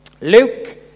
Luke